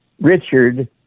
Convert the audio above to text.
Richard